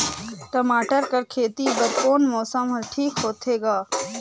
टमाटर कर खेती बर कोन मौसम हर ठीक होथे ग?